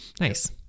nice